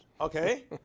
okay